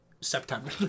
september